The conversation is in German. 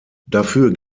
dafür